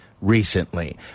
recently